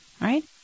right